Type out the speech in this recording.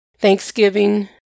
Thanksgiving